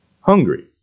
hungry